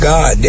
God